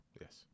yes